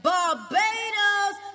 Barbados